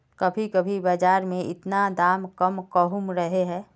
कभी कभी बाजार में इतना दाम कम कहुम रहे है?